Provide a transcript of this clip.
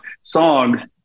songs